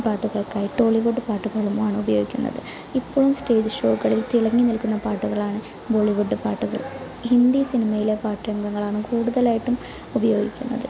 പാട്ടുകള്ക്കായി Tollywood പാട്ടുകളുമാണ് ഉപയോഗിക്കുന്നത് ഇപ്പഴും സ്റ്റേജ് ഷോകളില് തിളങ്ങി നില്ക്കുന്ന പാട്ടുകളാണ് ബോളിവുഡ് പാട്ടുകള് ഹിന്ദി സിനിമയിലെ പാട്ട് രംഗങ്ങളാണ് കൂടുതലായിട്ടും ഉപയോഗിക്കുന്നത്